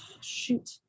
Shoot